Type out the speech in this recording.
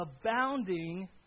abounding